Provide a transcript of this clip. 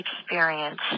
experience